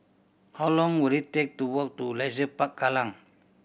how long will it take to walk to Leisure Park Kallang